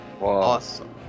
Awesome